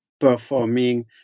performing